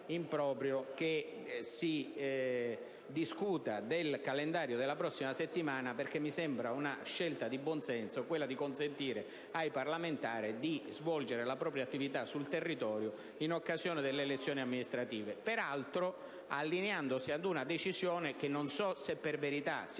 improprio che si discuta del calendario della prossima settimana: mi sembra infatti una scelta di buon senso quella di consentire ai parlamentari di svolgere la propria attività sul territorio in occasione delle elezioni amministrative, peraltro allineandosi ad una decisione che è stata adottata